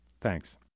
Thanks